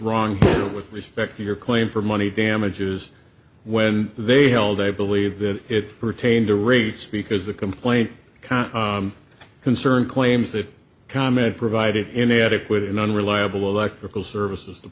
wrong with respect to your claim for money damages when they held i believe that it pertained to rates because the complaint count concerned claims that comment provided inadequate and unreliable electrical services t